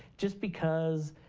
just because,